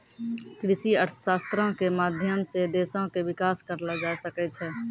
कृषि अर्थशास्त्रो के माध्यम से देशो के विकास करलो जाय सकै छै